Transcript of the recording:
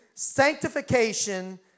sanctification